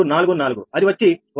0244 అది వచ్చి 1